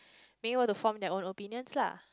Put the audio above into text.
maybe want to form their own opinions lah